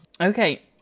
Okay